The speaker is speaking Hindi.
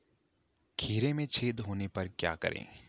खीरे में छेद होने पर क्या करें?